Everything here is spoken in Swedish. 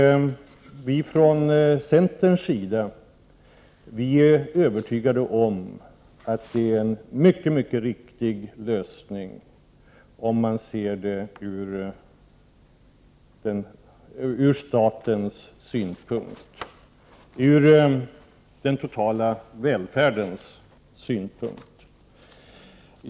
Från centerns sida är vi övertygade om att det är en mycket riktig lösning ur statens synpunkt — och ur den totala välfärdens synpunkt.